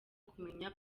kumenya